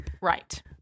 right